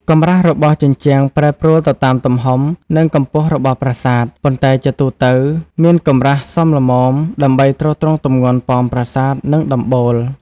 កម្រាស់របស់ជញ្ជាំងប្រែប្រួលទៅតាមទំហំ និងកម្ពស់របស់ប្រាសាទ ប៉ុន្តែជាទូទៅមានកម្រាស់សមល្មមដើម្បីទ្រទ្រង់ទម្ងន់ប៉មប្រាសាទ និងដំបូល។